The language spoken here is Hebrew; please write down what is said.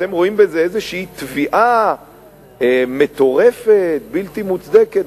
אתם רואים בזה איזושהי תביעה מטורפת, בלתי מוצדקת.